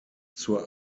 zur